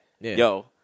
yo